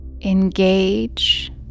engage